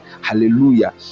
Hallelujah